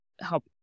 help